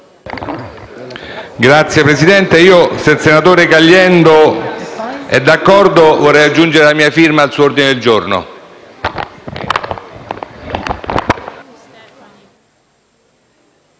Signora Presidente, se il senatore Caliendo è d'accordo, vorrei aggiungere la mia firma all'ordine del giorno